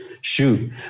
shoot